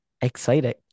exciting